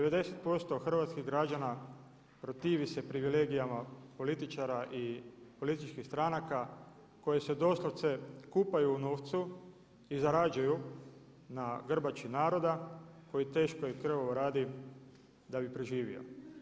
90% hrvatskih građana protivi se privilegijama političara i političkih stranaka koje se doslovce kupaju u novcu i zarađuju na grbači naroda koji teško i krvavo radi da bi preživio.